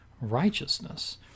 righteousness